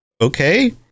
okay